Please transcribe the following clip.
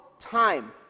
time